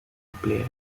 player